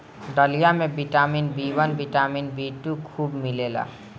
दलिया में vitamin B one, vitamin B two खूब मिलेला